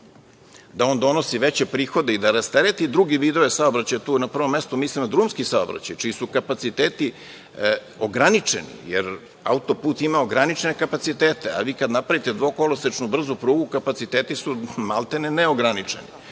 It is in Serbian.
da on donosi veće prihode i da rastereti druge vidove saobraćaja, tu na prvom mestu mislim na drumski saobraćaj, čiji su kapaciteti ograničeni, jer autoput ima ograničene kapacitete, a vi kad napravite dvokolosečnu brzu prugu, kapaciteti su maltene neograničeni.